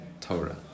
Torah